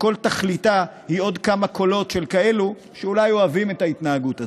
שכל תכליתה היא עוד כמה קולות של כאלו שאולי אוהבים את ההתנהגות הזאת.